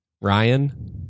Ryan